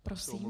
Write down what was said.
Prosím.